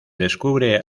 descubre